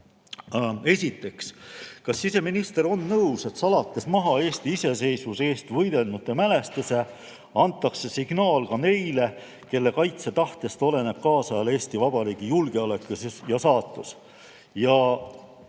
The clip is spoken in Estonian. Esiteks: kas siseminister on nõus, et salates maha Eesti iseseisvuse eest võidelnute mälestuse, antakse signaal ka neile, kelle kaitsetahtest oleneb kaasajal Eesti Vabariigi julgeolek ja saatus? Kas